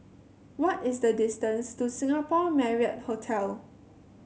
what is the distance to Singapore Marriott Hotel